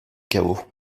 chaos